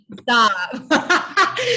Stop